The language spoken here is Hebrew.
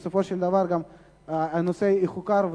בסופו של דבר הנושא ייחקר,